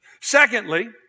Secondly